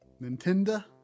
Nintendo